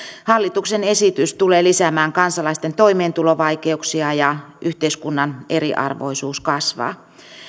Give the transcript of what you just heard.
hallituksen esitys tulee lisäämään kansalaisten toimeentulovaikeuksia ja yhteiskunnan eriarvoisuus kasvaa